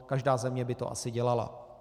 Každá země by to asi dělala.